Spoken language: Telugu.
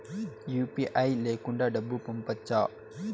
యు.పి.ఐ లేకుండా డబ్బు పంపొచ్చా